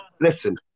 listen